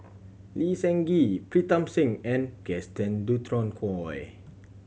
Lee Seng Gee Pritam Singh and Gaston Dutronquoy